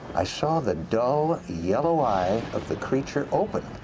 i saw the dull, yellow eye of the creature open.